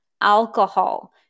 alcohol